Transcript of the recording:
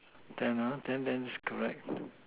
ten ah ten then is correct